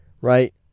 right